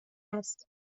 است